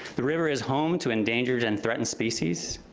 the river is home to endangered and threatened species.